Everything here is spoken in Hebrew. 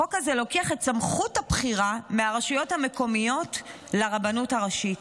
החוק הזה לוקח את סמכות הבחירה מהרשויות המקומיות לרבנות הראשית.